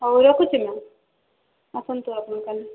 ହୋଉ ରଖୁଛି ମ୍ୟାମ୍ ଆସନ୍ତୁ ଆପଣ କାଲି